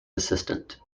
assistant